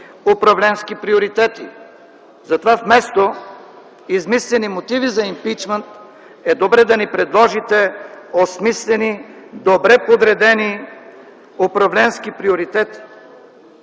управленски приоритети. Затова вместо измислени мотиви за импийчмънт е добре да ни предложите осмислени, добре подредени управленски приоритети.